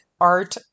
art